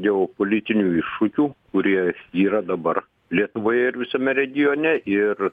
geopolitinių iššūkių kurie yra dabar lietuvoje ir visame regione ir